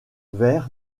vert